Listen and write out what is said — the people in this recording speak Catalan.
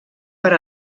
per